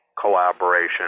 collaboration